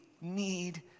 need